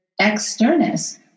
externus